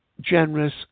generous